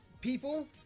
people